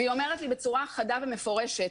והיא אומרת לי בצורה חדה ומפורשת,